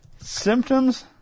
Symptoms